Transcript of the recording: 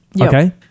Okay